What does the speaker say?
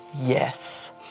yes